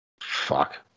fuck